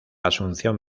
asunción